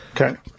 Okay